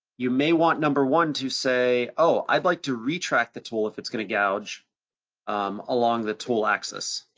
you may want number one to say, oh, i'd like to retract the tool if it's gonna gouge um along the tool axis.